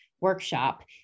workshop